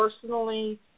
personally